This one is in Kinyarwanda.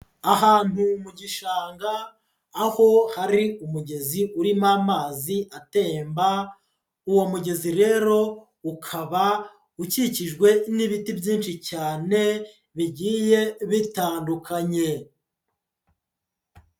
Ahantu mu gishanga, aho hari umugezi urimo amazi atemba, uwo mugezi rero ukaba ukikijwe n'ibiti byinshi cyane, bigiye bitandukanye.